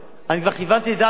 כיוונתי לדעת גדולים,